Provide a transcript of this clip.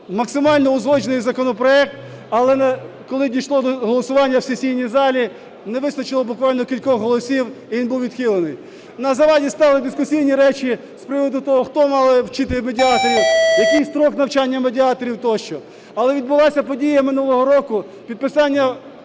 максимально узгоджений законопроект. Але коли дійшло до голосування в сесійній залі, не вистачило буквально кількох голосів, і він був відхилений. На заваді стали дискусійні речі з приводу того, хто мали вчити медіаторів, який строк навчання медіаторів, тощо. Але відбулася подія минулого року - підписання